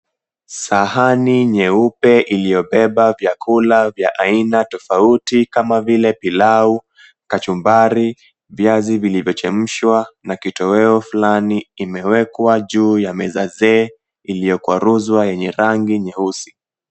Sahani nyeupe iliyobebe vyakula vya aina tofauti kama vile pilau, kachumbari, viazi vilivyo chemshwa na kitoweo flani imewekwa kwa mezaa zee iliyokwaruzwa ya rangi nyeusi.